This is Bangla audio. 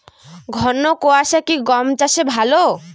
ঘন কোয়াশা কি গম চাষে ভালো?